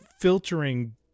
filtering